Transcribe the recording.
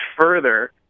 further